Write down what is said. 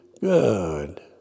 good